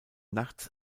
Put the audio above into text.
nachts